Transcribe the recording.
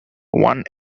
one